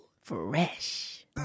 Fresh